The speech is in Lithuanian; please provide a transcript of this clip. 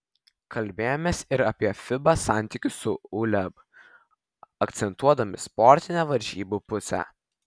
kalbėjomės ir apie fiba santykius su uleb akcentuodami sportinę varžybų pusę